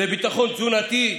חקלאות זה ביטחון תזונתי,